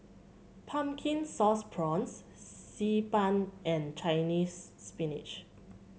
Pumpkin Sauce Prawns Xi Ban and Chinese Spinach